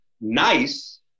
nice